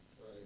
right